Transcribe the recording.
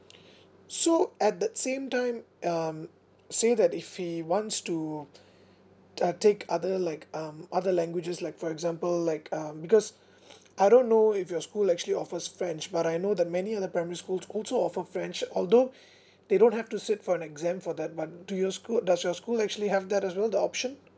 so at the same time um say that if he wants to uh take other like um other languages like for example like um because I don't know if your school actually offers french but I know that many other primary schools also offered french although they don't have to sit for an exam for that but do your school does your school actually have that as well the option